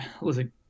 Listen